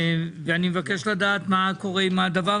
אני מבקש לדעת מה קורה עם זה.